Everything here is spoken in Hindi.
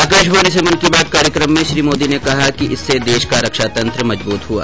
आकाशवाणी से मन की बात कार्यक्रम में श्री मोदी ने कहा कि इससे देश का रक्षा तंत्र मजबूत हुआ